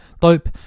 dope